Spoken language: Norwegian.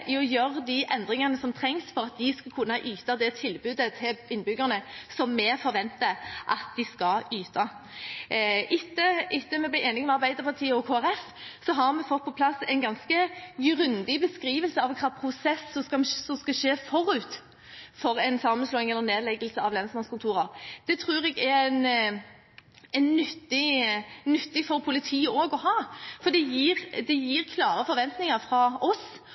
i å gjøre de endringene som trengs for at de skal kunne yte det tilbudet til innbyggerne som vi forventer at de skal yte. Etter at vi ble enige med Arbeiderpartiet og Kristelig Folkeparti, har vi fått på plass en ganske grundig beskrivelse av hvilken prosess som skal skje forut for en sammenslåing gjennom nedleggelse av lensmannskontorer. Det tror jeg er nyttig for politiet også å ha, for det gir klare forventninger fra oss